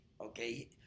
okay